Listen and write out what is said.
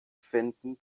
finden